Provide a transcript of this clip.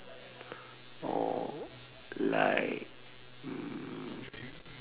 or like hmm